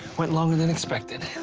went longer than expected.